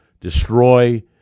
destroy